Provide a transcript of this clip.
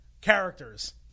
characters